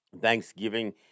Thanksgiving